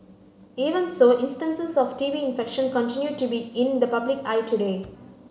even so instances of T B infection continue to be in the public eye today